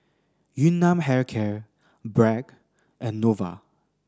Yun Nam Hair Care Bragg and Nova